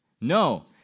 No